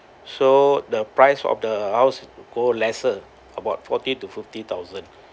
so the price of the house go lesser about forty to fifty thousand